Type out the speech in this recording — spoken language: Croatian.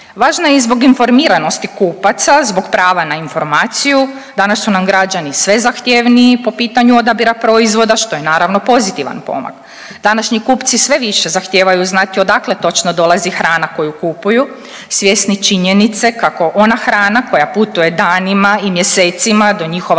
Važna je i zbog informiranosti kupaca, zbog prava na informaciju, danas su nam građani sve zahtjevniji po pitanju odabira proizvoda što je naravno pozitivan pomak. Današnji kupci sve više zahtijevaju znati odakle točno dolazi hrana koju kupuju svjesni činjenice kako ona hrana koja putuje danima i mjesecima do njihova